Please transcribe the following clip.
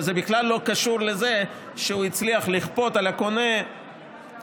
וזה בכלל לא קשור לזה שהוא הצליח לכפות על הקונה את